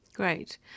Great